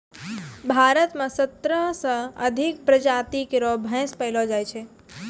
भारत म सत्रह सें अधिक प्रजाति केरो भैंस पैलो जाय छै